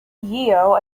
yeo